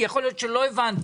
יכול להיות שלא הבנתי.